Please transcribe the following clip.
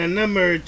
number